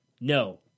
no